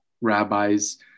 rabbis